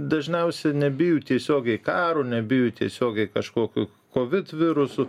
dažniausia nebijo tiesiogiai karo nebijo tiesiogiai kažkokių kovid virusų